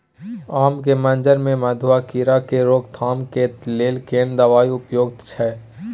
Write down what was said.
आम के मंजर में मधुआ कीरा के रोकथाम के लेल केना दवाई उपयुक्त छै?